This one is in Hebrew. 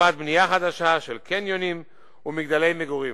לתנופת בנייה חדשה של קניונים ומגדלי מגורים.